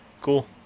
cool